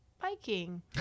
biking